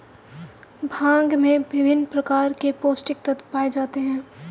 भांग में विभिन्न प्रकार के पौस्टिक तत्त्व पाए जाते हैं